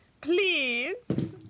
Please